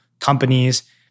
companies